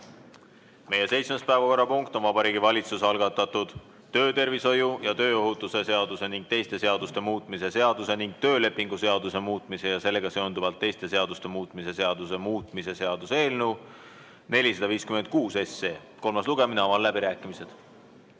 seitsmes päevakorrapunkt on Vabariigi Valitsuse algatatud töötervishoiu ja tööohutuse seaduse ning teiste seaduste muutmise seaduse ning töölepingu seaduse muutmise ja sellega seonduvalt teiste seaduste muutmise seaduse muutmise seaduse eelnõu 456 kolmas lugemine. Avan läbirääkimised.